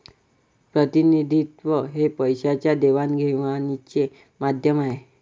प्रतिनिधित्व हे पैशाच्या देवाणघेवाणीचे माध्यम आहे